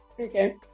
okay